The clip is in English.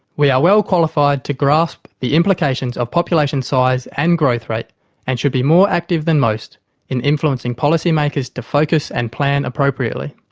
we are well qualified to grasp the implications of population size and growth rate and should be more active than most in influencing policy makers to focus and plan appropriately.